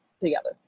together